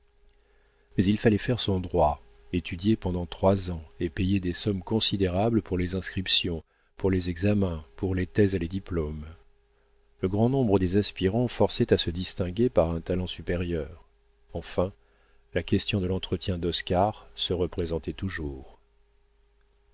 mais il fallait faire son droit étudier pendant trois ans et payer des sommes considérables pour les inscriptions pour les examens pour les thèses et les diplômes le grand nombre des aspirants forçait à se distinguer par un talent supérieur enfin la question de l'entretien d'oscar se représentait toujours